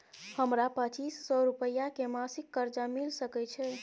हमरा पच्चीस सौ रुपिया के मासिक कर्जा मिल सकै छै?